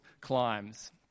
climbs